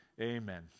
Amen